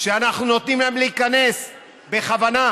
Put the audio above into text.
שאנחנו נותנים להם להיכנס בכוונה,